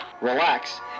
relax